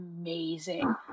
amazing